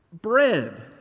bread